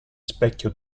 specchio